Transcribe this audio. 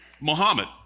Muhammad